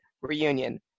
reunion